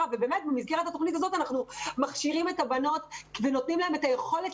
במסגרת התוכנית הזאת אנחנו מכשירים את הבנות ונותנים להן את היכולת